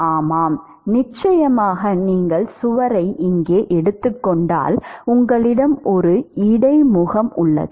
ஆமாம் நிச்சயமாக நீங்கள் சுவரை இங்கே எடுத்துக்கொண்டால் உங்களிடம் ஒரு இடைமுகம் உள்ளது